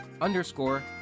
underscore